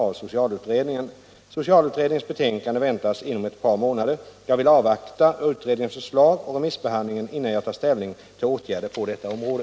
Socialutredningens betänkande väntas inom ett par månader. Jag vill avvakta utredningens förslag och remissbehandlingen, innan jag tar ställning till åtgärder på detta område.